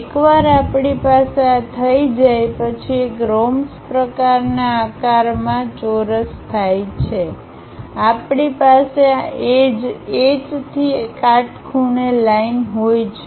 એકવાર આપણી પાસે આ થઈ જાય પછી એક રોમ્બસ પ્રકારના આકારમાં ચોરસ થાય છે આપણી પાસે આ એજ H થી કાટખૂણે લાઈન હોય છે